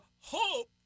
hope